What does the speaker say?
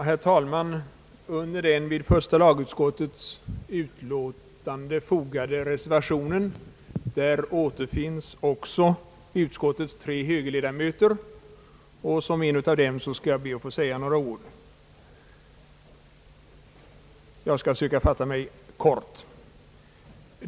Herr talman! Under den vid första lagutskottets utlåtande fogade reservationen återfinns också utskottets tre högerledamöter, och som en av dem skall jag be att få säga några ord. Jag skall försöka fatta mig kort.